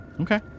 Okay